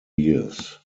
years